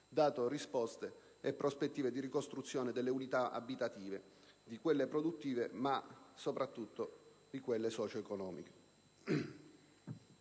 dato risposte e prospettive di ricostruzione delle unità abitative, di quelle produttive, ma soprattutto di quelle socio-economiche.